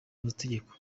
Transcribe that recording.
amategeko